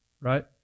right